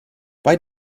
bei